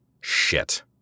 Shit